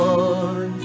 Lord